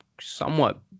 somewhat